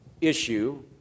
issue